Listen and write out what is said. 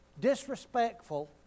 disrespectful